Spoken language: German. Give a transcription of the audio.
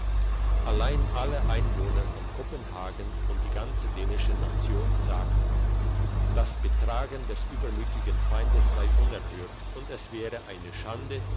allein alle einwohner von kopenhagen und die ganze dänische nation sagten das betragen des übermütigen feindes sei unerhört und es wäre eine schande